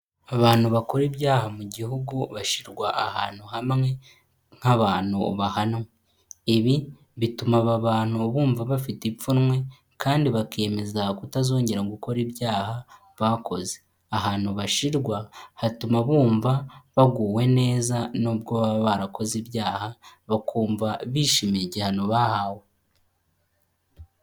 Abantu bakora ibyaha mu gihugu, bashyirwa ahantu hamwe nk'abantu bahanwe, ibi bituma aba bantu bumva bafite ipfunwe kandi bakiyemeza kutazongera gukora ibyaha bakoze, ahantu bashyirwa hatuma bumva baguwe neza nubwo baba barakoze ibyaha, bakumva bishimiye igihano bahawe.